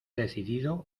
decidido